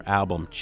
album